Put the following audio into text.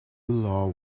law